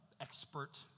expert